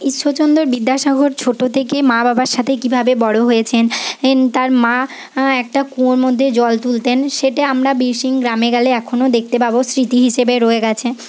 ঈশ্বরচন্দ্র বিদ্যাসাগর ছোটো থেকে মা বাবার সাথে কীভাবে বড়ো হয়েছেন তার মা একটা কুয়োর মধ্যে জল তুলতেন সেটা আমরা বীরসিংহ গ্রামে গেলে এখনও দেখতে পাব স্মৃতি হিসেবে রয়ে গেছে